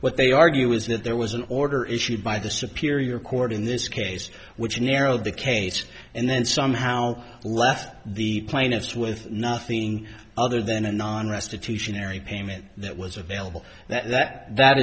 what they argue is that there was an order issued by the superior court in this case which narrowed the case and then somehow left the plaintiffs with nothing other than a non restitution ery payment that was available that that